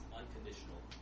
unconditional